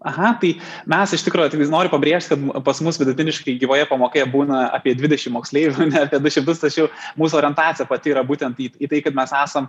aha tai mes iš tikro noriu pabrėžt kad pas mus vidutiniškai gyvoje pamokoje būna apie dvidešim moksleivių ne apie du šimtus tačiau mūsų orientacija pati yra būtent į į tai kad mes esam